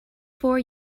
four